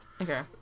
Okay